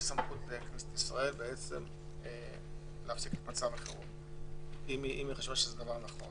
יש סמכות לכנסת ישראל להפסיק את מצב החירום אם היא חשבה זה נכון לעשות.